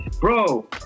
bro